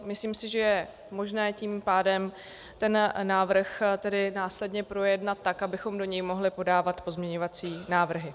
Myslím si, že je možné tím pádem ten návrh následně projednat tak, abychom k němu mohli podávat pozměňovací návrhy.